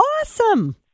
awesome